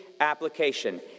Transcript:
application